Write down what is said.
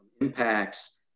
impacts